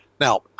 Now